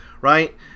Right